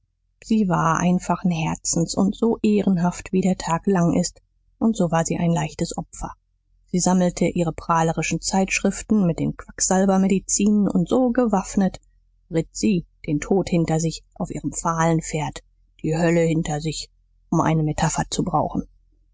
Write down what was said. sie war einfachen herzens und so ehrenhaft wie der tag lang ist und so war sie ein leichtes opfer sie sammelte ihre prahlerischen zeitschriften mit den quacksalber medizinen und so gewaffnet ritt sie den tod hinter sich auf ihrem fahlen pferd die hölle hinter sich um eine metapher zu brauchen